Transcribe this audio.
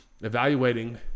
evaluating